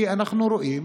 כי אנחנו רואים